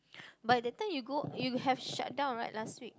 but that time you go you have shut down right last week